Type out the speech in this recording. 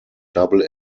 double